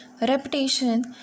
Repetition